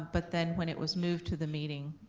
but then when it was moved to the meeting,